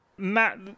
Matt